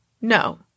No